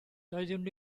doeddwn